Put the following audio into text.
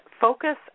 Focus